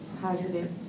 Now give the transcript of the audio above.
positive